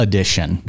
Edition